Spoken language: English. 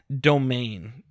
Domain